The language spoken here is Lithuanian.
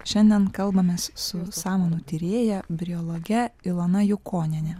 šiandien kalbamės su samanų tyrėja briologe ilona jukoniene